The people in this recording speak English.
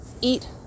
eat